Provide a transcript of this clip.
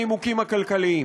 הנימוקים הכלכליים.